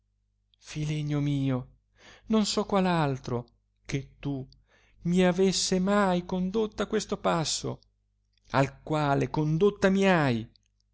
filenio mio non so qual altro che tu mi avesse mai condotta a questo passo al quale condotta mi hai